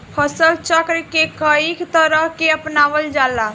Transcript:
फसल चक्र के कयी तरह के अपनावल जाला?